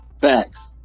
Facts